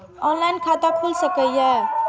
Online खाता खुल सके ये?